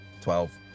twelve